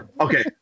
Okay